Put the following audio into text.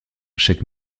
chaque